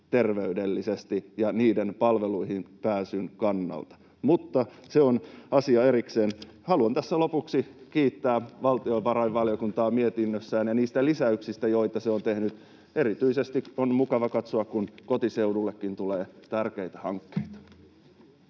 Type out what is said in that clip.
terveydellisesti ja palveluihin pääsyn kannalta, mutta se on asia erikseen. Haluan tässä lopuksi kiittää valtiovarainvaliokuntaa mietinnöstä ja niistä lisäyksistä, joita se on tehnyt. Erityisesti on mukava katsoa, kun kotiseudullekin tulee tärkeitä hankkeita.